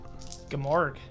Gamorg